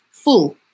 Full